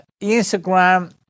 Instagram